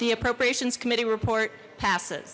the appropriations committee report pass